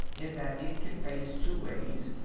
in that it can face two ways,